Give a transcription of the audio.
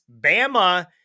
Bama